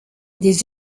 des